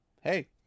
hey